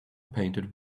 painted